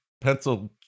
Pencil